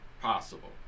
possible